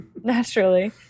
naturally